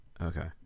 Okay